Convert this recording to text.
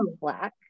black